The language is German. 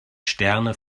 sterne